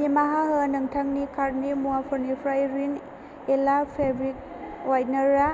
निमाहा हो नोंथांनि कार्टनि मुवाफोरनिफ्राय रिन एला फेब्रिक व्हायटेनार आ